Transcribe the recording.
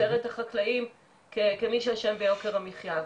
לצייר את החקלאים כמי שאשם ביוקר המחייה.